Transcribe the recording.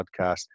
podcast